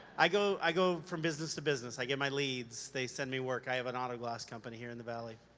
i go i go from business to business, i get my leads, they send me work, i have an auto glass company here in the valley.